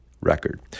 record